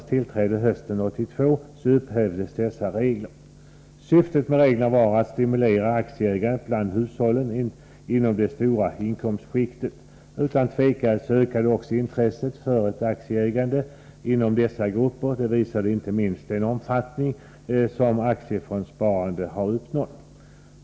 Syftet med reglerna var att stimulera aktieägandet bland hushållen inom de stora inkomstskikten. Utan tvivel ökade också intresset för ett aktieägande inom dessa grupper. Det visar inte minst den omfattning som aktiefondssparandet uppnått.